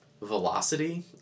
Velocity